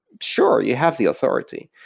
sure, you have the authority.